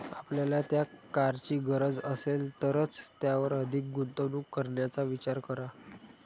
आपल्याला त्या कारची गरज असेल तरच त्यावर अधिक गुंतवणूक करण्याचा विचार करा